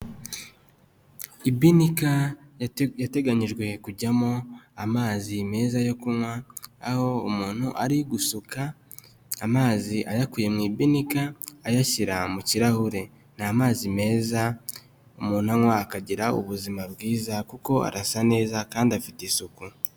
Ibinika yateganyijwe kujyamo amazi meza yo kunywa, aho umuntu ari gusuka amazi ayakuye mu ibinika ayashyira mu kirahure, ni amazi meza umuntu anywa akagira ubuzima bwiza kuko arasa neza kandi afite isuku.